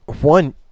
One